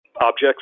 objects